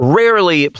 rarely